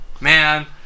man